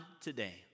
today